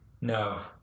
No